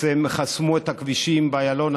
שחסמו את הכבישים באיילון,